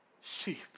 sheep